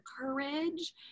courage